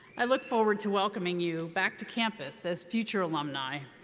i look forward to welcoming you back to campus as future alumni,